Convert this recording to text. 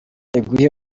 iguhe